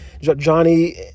Johnny